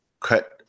cut